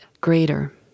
greater